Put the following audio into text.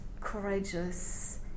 courageous